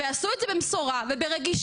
ועשו את זה במשורה וברגישות,